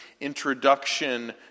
introduction